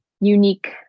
unique